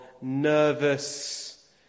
nervous